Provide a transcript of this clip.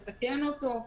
לתקן אותו.